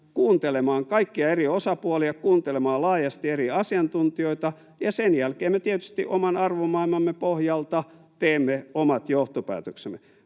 kuuntelemaan kaikkia eri osapuolia, kuuntelemaan laajasti eri asiantuntijoita, ja sen jälkeen me tietysti oman arvomaailmamme pohjalta teemme omat johtopäätöksemme.